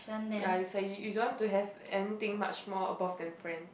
ya it's like you you don't to have anything much more above than friend